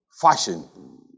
fashion